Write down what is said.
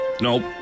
Nope